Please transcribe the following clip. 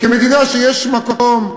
כמדינה שיש בה מקום,